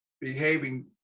behaving